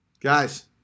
Guys